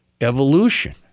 evolution